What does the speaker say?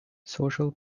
social